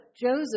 Joseph